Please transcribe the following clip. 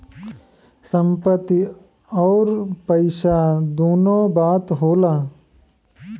संपत्ति अउर पइसा दुन्नो बात होला